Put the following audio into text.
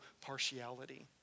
partiality